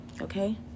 Okay